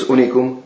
Unicum